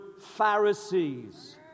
Pharisees